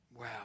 Wow